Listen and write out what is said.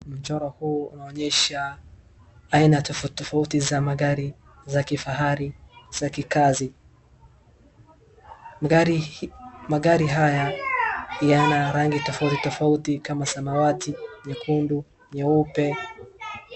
Mchoro huu unaonyesha aina tofauti tofauti za magari za kifahari, za kikazi. Magari hii, magari haya, yana rangi tofauti tofauti kama samawati, nyekundu, nyeupe.